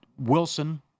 Wilson